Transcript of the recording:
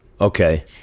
Okay